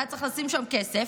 היה צריך לשים שם כסף,